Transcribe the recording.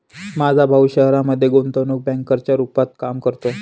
माझा भाऊ शहरामध्ये गुंतवणूक बँकर च्या रूपात काम करतो